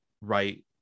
right